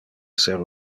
ser